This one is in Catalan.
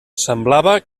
semblava